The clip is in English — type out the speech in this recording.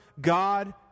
God